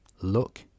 look